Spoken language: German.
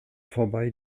vorbei